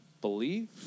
Believe